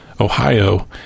ohio